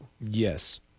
Yes